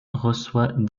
reçoit